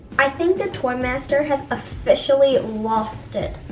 i think the toymaster has officially lost it.